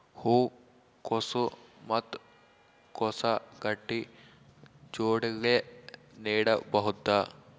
ಹೂ ಕೊಸು ಮತ್ ಕೊಸ ಗಡ್ಡಿ ಜೋಡಿಲ್ಲೆ ನೇಡಬಹ್ದ?